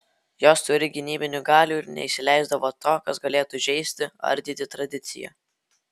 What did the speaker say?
jos turi gynybinių galių ir neįsileisdavo to kas galėtų žeisti ardyti tradiciją